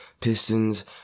Pistons